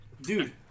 dude